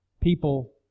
people